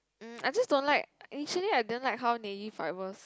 mm I just don't like initially I didn't like how naive I was